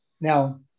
Now